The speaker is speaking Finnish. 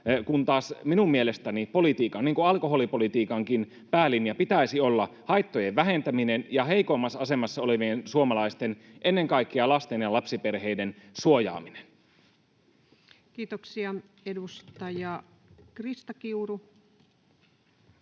niin kuin alkoholipolitiikankin, päälinjan pitäisi olla haittojen vähentäminen ja heikoimmassa asemassa olevien suomalaisten, ennen kaikkea lasten ja lapsiperheiden suojaaminen. [Speech 158] Speaker: